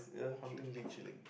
hauntingly chilling